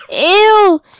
Ew